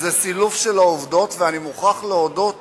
זה סילוף של העובדות, ואני מוכרח להודות